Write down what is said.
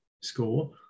score